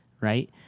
right